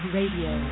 Radio